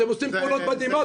אתם עושים פעולות מדהימות.